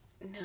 No